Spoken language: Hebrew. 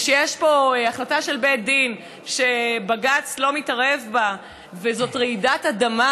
ושיש פה החלטה של בית דין שבג"ץ לא מתערב בה וזאת רעידת אדמה,